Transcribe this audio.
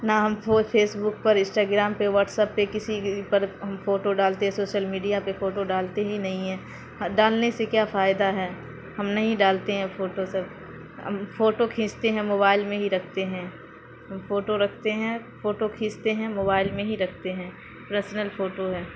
نہ ہم فیسبک پر اسٹاگرام پہ واٹسپ پہ کسی پر ہم فوٹو ڈالتے سوسل میڈیا پہ فوٹو ڈالتے ہی نہیں ہیں ہاں ڈالنے سے کیا فائدہ ہے ہم نہیں ڈالتے ہیں فوٹو سب ہم فوٹو کھینچتے ہیں موبائل میں ہی رکھتے ہیں فوٹو رکھتے ہیں فوٹو کھیچتے ہیں موبائل میں ہی رکھتے ہیں پرسنل فوٹو ہے